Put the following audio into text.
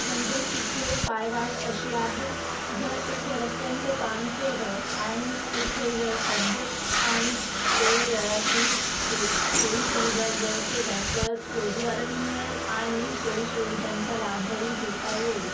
म्हणजेच तिथे पायवाट अशी आहे जर तेथे रस्त्यांचं काम केलं आणि तिथे जर खाद्य आणि पेय जळाची सो सोयी सुविधा जर केल्या तर रोजगारही मिळेल आणि सोयी सुविधांचा लाभही घेता येईल